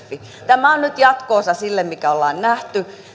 tämä on nyt jatko osa sille mikä ollaan nähty